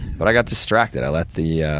but, i got distracted. i let the yeah